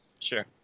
Sure